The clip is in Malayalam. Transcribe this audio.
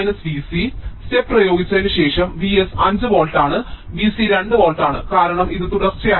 അതിനാൽ സ്റ്റെപ്പ് പ്രയോഗിച്ചതിന് ശേഷം Vs 5 വോൾട്ട് ആണ് V c 2 വോൾട്ട് ആണ് കാരണം ഇത് തുടർച്ചയായതാണ്